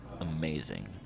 amazing